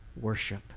worship